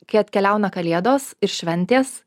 kai atkeliauna kalėdos ir šventės